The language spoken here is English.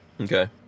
Okay